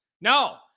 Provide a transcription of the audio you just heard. No